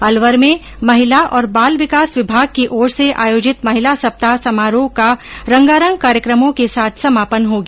अलवर में महिला और बाल विकास विभाग की ओर से आयोजित महिला सप्ताह समारोह का आज रंगारंग कार्यक्रमों के साथ समापन हो गया